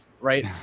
right